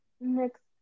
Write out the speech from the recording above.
next